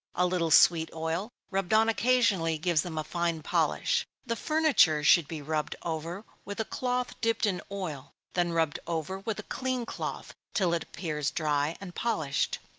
a little sweet oil, rubbed on occasionally, gives them a fine polish. the furniture should be rubbed over with a cloth dipped in oil, then rubbed over with a clean cloth till it appears dry and polished.